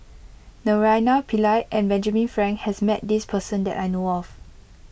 Naraina Pillai and Benjamin Frank has met this person that I know of